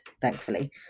thankfully